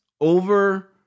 over